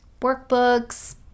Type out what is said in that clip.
workbooks